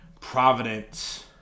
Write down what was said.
Providence